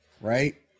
right